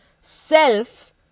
self